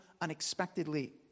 unexpectedly